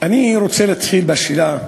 ואני אתן אחר כך כמה דוגמאות,